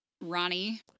Ronnie